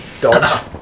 Dodge